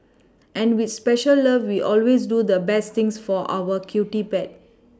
and with special love we always do the best things for our cutie pet